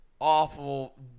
awful –